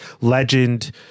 legend